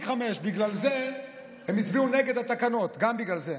בגלל זה הם הצביעו נגד התקנות, גם בגלל זה.